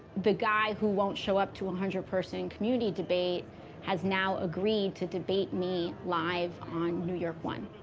the guy who won't show up to a hundred-person community debate has now agreed to debate me live on new york one.